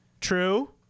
true